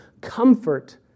comfort